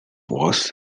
was